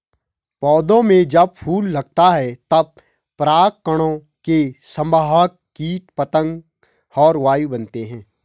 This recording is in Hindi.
पौधों में जब फूल लगता है तब परागकणों के संवाहक कीट पतंग और वायु बनते हैं